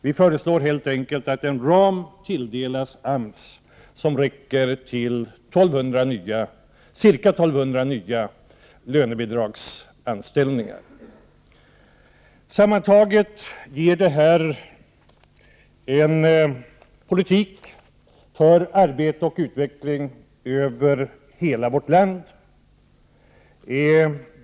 Vi föreslår helt enkelt att en ram tilldelas AMS som räcker till ca 1 200 nya lönebidragsanställningar. Sammantaget är det här en politik för arbete och utveckling över hela vårt land.